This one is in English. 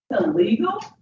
illegal